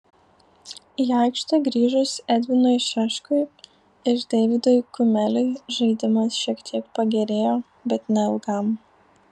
į aikštę grįžus edvinui šeškui ir deividui kumeliui žaidimas šiek tiek pagerėjo bet neilgam